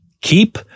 Keep